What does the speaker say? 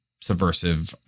subversive